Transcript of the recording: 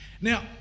Now